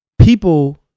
people